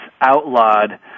outlawed